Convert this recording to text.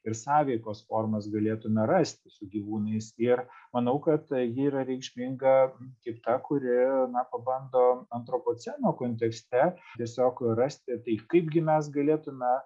ir sąveikos formas galėtume rasti su gyvūnais ir manau kad ji yra reikšminga kaip ta kuri na pabando antropoceno kontekste tiesiog rasti tai kaipgi mes galėtume